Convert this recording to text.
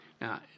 Now